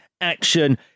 action